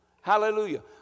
Hallelujah